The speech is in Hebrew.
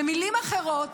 במילים אחרות: